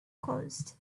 closed